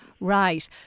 Right